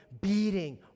beating